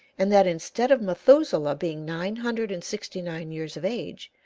and that instead of methuselah being nine hundred and sixty-nine years of age,